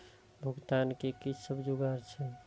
भुगतान के कि सब जुगार छे?